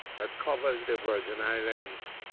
that covers the virgin islands